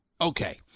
Okay